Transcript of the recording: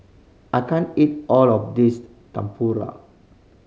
I can't eat all of this Tempura